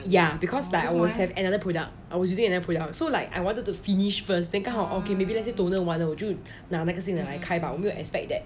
ya because like I was another product I was using another product so like I wanted to finish first then 看 oh okay maybe let say toner 完了我就拿那个新的来开吧我没有 expect that